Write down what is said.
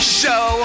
show